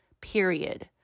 period